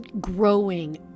growing